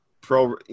pro